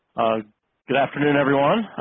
good afternoon everyone.